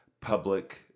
public